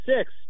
six